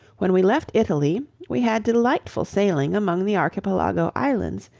when we left italy we had delightful sailing among the archipelago islands,